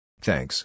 Thanks